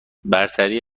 برتری